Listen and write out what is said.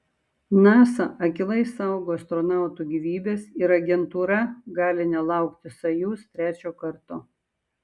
nasa akylai saugo astronautų gyvybes ir agentūra gali nelaukti sojuz trečio karto